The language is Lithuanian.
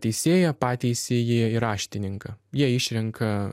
teisėją pateisėją ir raštininką jie išrenka